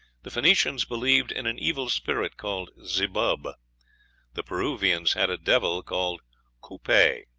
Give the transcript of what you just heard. the phoenicians believed in an evil spirit called zebub the peruvians had a devil called cupay.